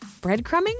breadcrumbing